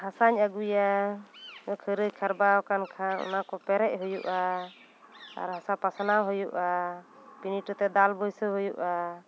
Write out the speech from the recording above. ᱦᱟᱥᱟᱧ ᱟᱹᱜᱩᱭᱟ ᱠᱷᱟᱹᱨᱟᱹᱭ ᱠᱷᱟᱨᱵᱟᱣ ᱟᱠᱟᱱ ᱠᱷᱟᱱ ᱟᱨ ᱚᱱᱟ ᱠᱚ ᱯᱮᱨᱮᱡ ᱦᱩᱭᱩᱜᱼᱟ ᱟᱨ ᱦᱟᱥᱟ ᱯᱟᱥᱱᱟᱣ ᱦᱩᱭᱩᱜᱼᱟ ᱯᱷᱤᱨ ᱤᱴᱟᱹ ᱛᱮ ᱫᱟᱞ ᱵᱟᱹᱭᱥᱟᱹᱣ ᱦᱩᱭᱩᱜᱼᱟ